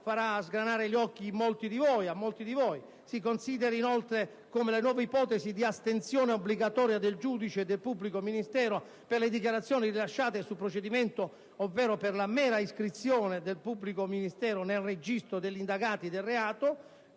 farà sgranare gli occhi a molti di voi!). Si consideri, inoltre, come le nuove ipotesi di astensione obbligatoria del giudice e del pubblico ministero per le dichiarazioni rilasciate sul procedimento, ovvero per la mera iscrizione del pubblico ministero nel registro degli indagati del reato,